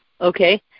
Okay